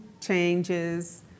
changes